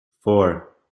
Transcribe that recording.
four